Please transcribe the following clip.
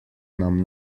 nam